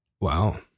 Wow